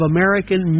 American